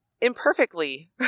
imperfectly